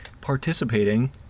participating